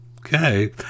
okay